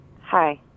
Hi